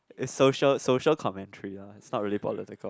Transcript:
is social social commentary lah it's not really political